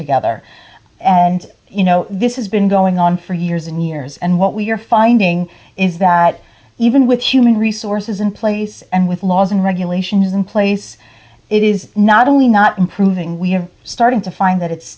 together and you know this has been going on for years and years and what we're finding is that even with human resources in place and with laws and regulations in place it is not only not improving we have starting to find that